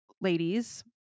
ladies